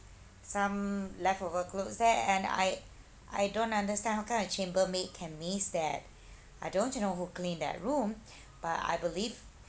some leftover clothes there and I I don't understand how come the chambermaid can miss that I don't know who cleaned that room but I believe